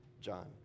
John